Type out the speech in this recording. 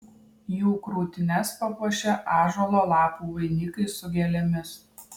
jų krūtines papuošė ąžuolo lapų vainikai su gėlėmis